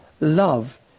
love